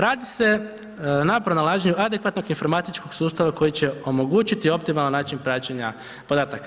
Radi se na pronalaženju adekvatnog informatičkog sustava koji će omogućiti optimalan način praćenje podataka.